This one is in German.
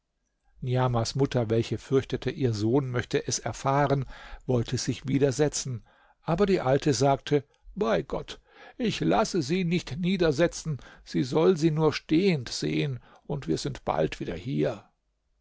niamahs mutter welche fürchtete ihr sohn möchte es erfahren wollte sich widersetzen aber die alte sagte bei gott ich lasse sie nicht niedersetzen sie soll sie nur stehend sehen und wir sind bald wieder hier